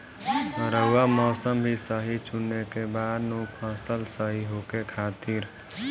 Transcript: रऊआ मौसम भी सही चुने के बा नु फसल सही होखे खातिर